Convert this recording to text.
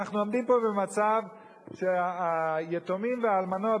אנחנו עומדים פה במצב שהיתומים והאלמנות,